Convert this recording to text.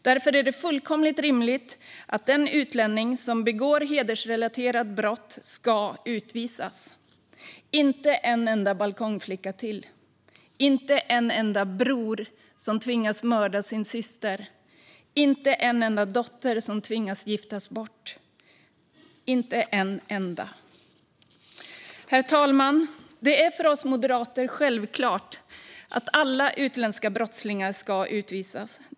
Därför är det fullkomligt rimligt att den utlänning som begår hedersrelaterade brott ska utvisas. Vi ska inte ha en enda balkongflicka till, inte en enda bror till som tvingas mörda sin syster, inte en enda dotter till som tvingas giftas bort - inte en enda till. Herr talman! Det är för oss moderater självklart att alla utländska brottslingar ska utvisas.